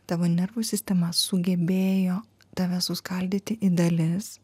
tavo nervų sistema sugebėjo tave suskaldyti į dalis